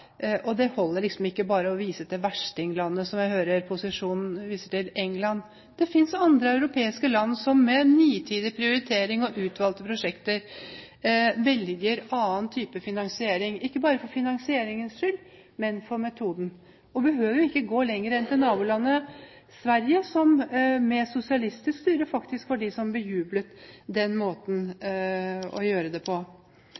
og da holder det ikke med bare å vise til verstinglandene, som England, som jeg hører posisjonen gjør. Det finnes andre europeiske land som med nitid prioritering og utvalgte prosjekter velger annen type finansiering, ikke bare for finansieringens skyld, men for metoden. Vi behøver jo ikke å gå lenger enn til nabolandet Sverige, som med sosialistisk styre faktisk var de som bejublet den måten å gjøre det på.